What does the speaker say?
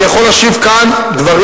אני יכול להשיב כאן דברים.